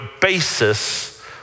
basis